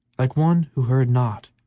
like one who heard not,